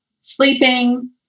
sleeping